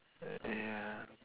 err ya